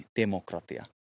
demokratia